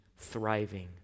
thriving